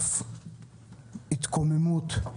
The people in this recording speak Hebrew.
אף התקוממות.